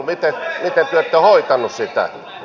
miten te ette ole hoitaneet sitä asiaa